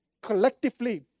Collectively